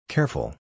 Careful